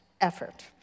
effort